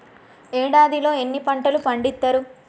ఏడాదిలో ఎన్ని పంటలు పండిత్తరు?